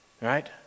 Right